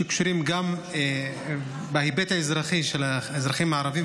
שקשורים גם בהיבט האזרחי של האזרחים הערביים.